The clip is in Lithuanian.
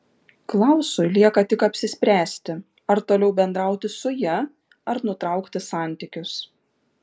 klausui lieka tik apsispręsti ar toliau bendrauti su ja ar nutraukti santykius